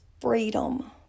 freedom